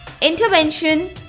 intervention